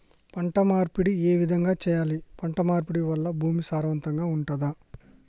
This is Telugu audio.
పంట మార్పిడి ఏ విధంగా చెయ్యాలి? పంట మార్పిడి వల్ల భూమి సారవంతంగా ఉంటదా?